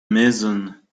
mason